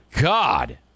God